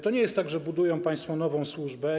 To nie jest tak, że budują państwo nową służbę.